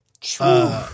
True